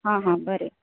आ हा बरें